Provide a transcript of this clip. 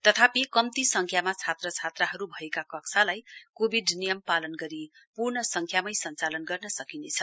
तथापि कम्ती संख्यमा छात्र छात्राहरु भएका कक्षालाई कोविड नियम पालन गरी पूर्ण संख्यामै सञ्चालन गर्न सकिनेछ